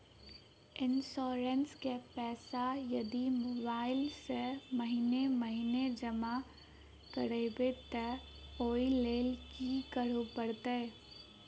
Insurance केँ पैसा यदि मोबाइल सँ महीने महीने जमा करबैई तऽ ओई लैल की करऽ परतै?